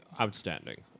Outstanding